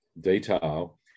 detail